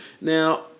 Now